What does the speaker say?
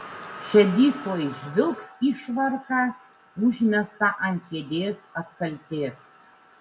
šedys tuoj žvilgt į švarką užmestą ant kėdės atkaltės